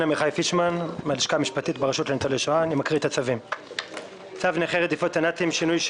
אני מתכבד לפתוח את ישיבת הועדה בנושא 'עדכון שיעורי